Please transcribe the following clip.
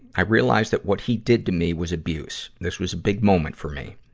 i realized that what he did to me was abuse. this was a big moment for me.